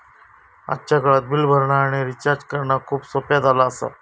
आजच्या काळात बिल भरणा आणि रिचार्ज करणा खूप सोप्प्या झाला आसा